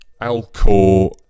Alcor